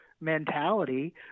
mentality